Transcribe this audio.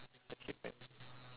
achievement